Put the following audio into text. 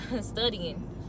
studying